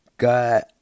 God